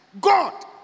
God